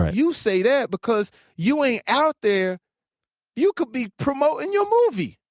ah you say that because you ain't out there you could be promoting your movie.